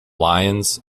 lions